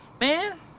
Man